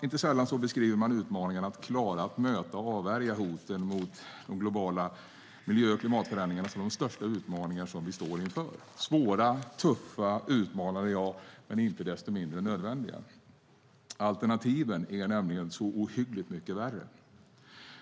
Inte sällan beskrivs utmaningarna att klara att möta och avvärja hoten mot de globala miljö och klimatförändringarna som de största utmaningar som vi står inför. Det stämmer att de är svåra, tuffa och utmanande men inte desto mindre nödvändiga. Alternativen är nämligen så ohyggligt mycket värre.